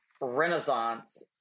renaissance